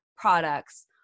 Products